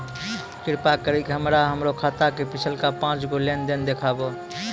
कृपा करि के हमरा हमरो खाता के पिछलका पांच गो लेन देन देखाबो